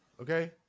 Okay